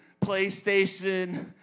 PlayStation